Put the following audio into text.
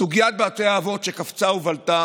סוגיית בתי האבות, שקפצה ובלטה